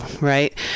right